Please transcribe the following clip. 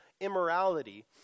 immorality